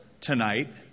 tonight